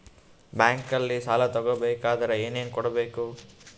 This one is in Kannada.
ಬ್ಯಾಂಕಲ್ಲಿ ಸಾಲ ತಗೋ ಬೇಕಾದರೆ ಏನೇನು ಕೊಡಬೇಕು?